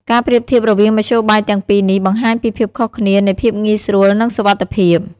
ការប្រៀបធៀបរវាងមធ្យោបាយទាំងពីរនេះបង្ហាញពីភាពខុសគ្នានៃភាពងាយស្រួលនិងសុវត្ថិភាព។